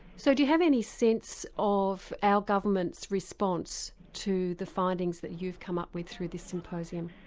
so do you have any sense of our government's response to the findings that you've come up with through this symposium?